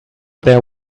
there